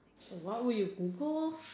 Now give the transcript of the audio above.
what would you prefer